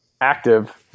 active